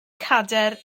cadair